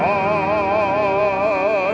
oh